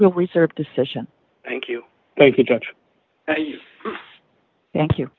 we serve decision thank you thank you